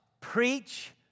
preach